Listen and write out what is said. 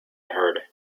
heard